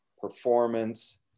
performance